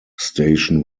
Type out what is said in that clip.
station